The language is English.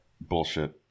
bullshit